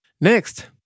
Next